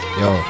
yo